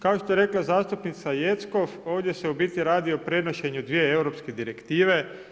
Kao što je rekla zastupnica Jeckov, ovdje se u biti radi o prenošenju dvije europske direktive.